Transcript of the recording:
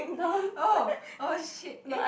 oh oh shit eh